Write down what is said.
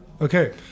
okay